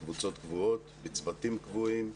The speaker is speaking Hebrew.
בקבוצות קבועות ובצוותים קבועים,